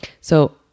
So-